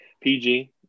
PG